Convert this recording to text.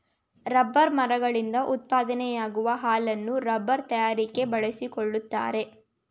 rubber ಮರಗಳಿಂದ ಉತ್ಪಾದನೆಯಾಗುವ ಹಾಲನ್ನು ರಬ್ಬರ್ ತಯಾರಿಕೆ ಬಳಸಿಕೊಳ್ಳುತ್ತಾರೆ